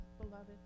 beloved